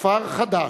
"כפר חדש".